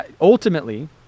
Ultimately